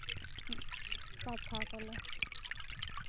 ᱠᱟᱛᱷᱟ ᱠᱟᱱᱟ